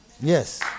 Yes